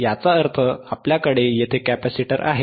याचा अर्थ आपल्याकडे येथे कॅपेसिटर आहे